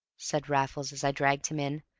said raffles, as i dragged him in.